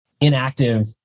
inactive